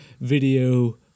video